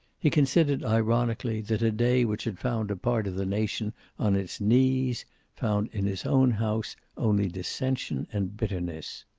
he considered, ironically, that a day which had found a part of the nation on its knees found in his own house only dissension and bitterness.